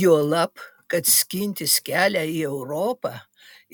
juolab kad skintis kelią į europą